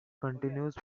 continues